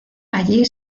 allí